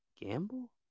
Gamble